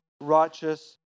righteous